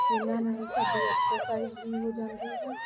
ਇਨ੍ਹਾਂ ਨਾਲ ਸਾਡੀ ਐਕਸਰਸਾਇਜ਼ ਵੀ ਹੋ ਜਾਂਦੀ ਹੈ